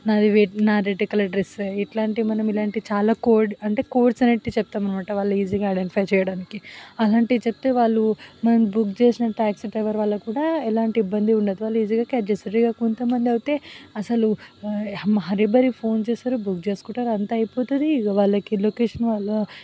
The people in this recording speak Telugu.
నాది నా రెడ్ కలర్ డ్రెస్సు ఇట్లాంటివి ఇలాంటివి మనం చాలా కోడ్ అంటే కోడ్స్ అనేటివి చెప్తాము అన్నమాట వాళ్ళు ఈజీగా ఐడెంటిఫై చేయడానికి అలాంటివి చెప్తే వాళ్ళు మనం బుక్ చేసిన ట్యాక్సీ డ్రైవరు వాళ్ళకి కూడా ఎలాంటి ఇబ్బంది ఉండదు వాళ్ళు ఈజీగా క్యాష్ చేస్తారు ఇక కొంత మంది అయితే అసలు హరీ బరీ ఫోన్ చేస్తారు బుక్ చేసుకుంటారు అంతా అయిపోతుంది ఇక వాళ్ళకి లొకేషన్ వాళ్ళ